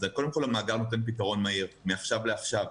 אז קודם כל המאגר נותן פתרון מהיר מעכשיו לעכשיו.